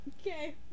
Okay